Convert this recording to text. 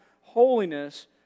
holiness